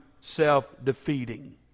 self-defeating